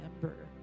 remember